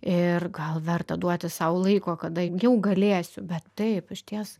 ir gal verta duoti sau laiko kada jau galėsiu bet taip išties